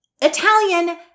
Italian